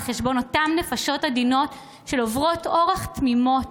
על חשבון אותן נפשות עדינות של עוברות אורח תמימות,